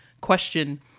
question